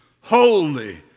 holy